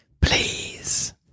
Please